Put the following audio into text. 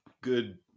good